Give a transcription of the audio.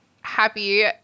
happy